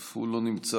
אף הוא לא נמצא,